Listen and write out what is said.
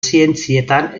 zientzietan